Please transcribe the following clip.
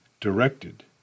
directed